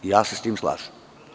Ja se sa tim slažem.